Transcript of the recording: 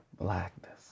Blackness